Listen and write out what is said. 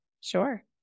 Sure